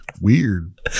Weird